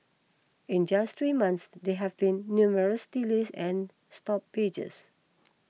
in just three months there have been numerous delays and stoppages